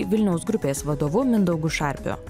vilniaus grupės vadovu mindaugu šarpiu